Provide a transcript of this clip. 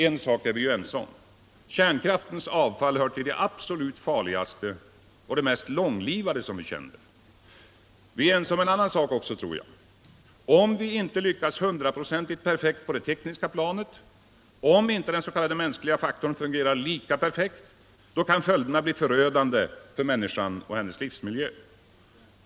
En sak är vi ju ense om: kärnkraftens avfall hör till det absolut farligaste och det mest långlivade som vi känner till. Jag tror att vi är ense också om en annan sak: om vi inte lyckas hundraprocentigt perfekt på det tekniska planet och om inte dens.k. mänskliga faktorn fungerar lika perfekt, så kan följderna bli förödande för människan och hennes livsmiljö.